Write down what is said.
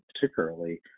particularly